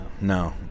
No